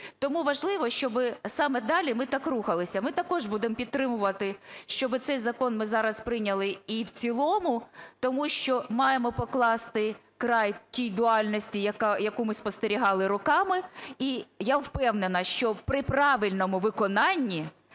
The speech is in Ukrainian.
Тому важливо, щоб саме далі ми так рухалися. Ми також будемо підтримувати, щоб цей закон ми зараз прийняли і в цілому. Тому що маємо покласти край тій дуальності, яку ми спостерігали роками. І я впевнена, що при правильному виконанні